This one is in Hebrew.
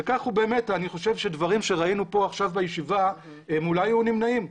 אני חושב שדברים שראינו פה עכשיו בישיבה אולי היו נמנעים.